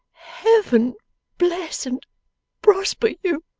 heaven bless and prosper you